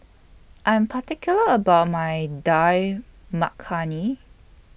I Am particular about My Dal Makhani